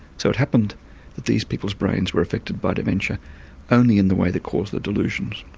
so it happened that these people's brains were affected by dementia only in the way that caused the delusions.